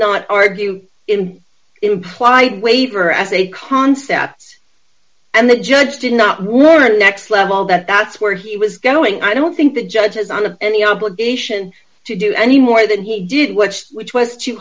not argue in implied waiver as a concept and the judge did not warrant next level that that's where he was going i don't think the judge is on of any obligation to do any more than he did which which was to